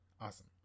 Awesome